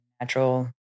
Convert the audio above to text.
natural